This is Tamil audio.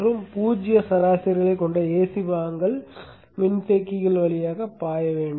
மற்றும் பூஜ்ஜிய சராசரிகளைக் கொண்ட ஏசி பாகங்கள் மின்தேக்கிகள் வழியாக பாய வேண்டும்